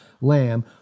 lamb